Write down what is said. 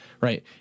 right